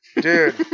dude